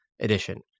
edition